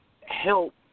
help